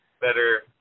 better